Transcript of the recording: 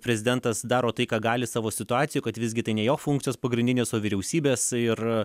prezidentas daro tai ką gali savo situacijoj kad visgi tai ne jo funkcijos pagrindinės o vyriausybės ir